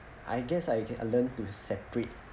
I guess I can uh learn to separate